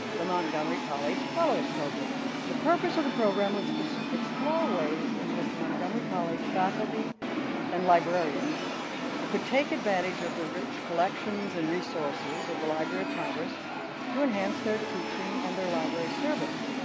the montgomery college fellows program. the purpose of the program was to so explore ways in which montgomery college faculty and librarians could take advantage of the rich collections and resources of the library of congress to enhance their teaching and their library service.